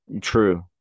True